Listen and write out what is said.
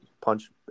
punch